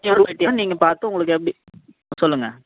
நீங்கள் பார்த்து உங்களுக்கு வந்து சொல்லுங்கள்